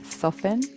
soften